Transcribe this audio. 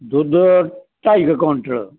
ਦੁੱਧ ਢਾਈ ਕੁ ਕੁਇੰਟਲ